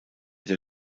der